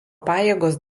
pajėgos